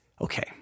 Okay